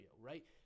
right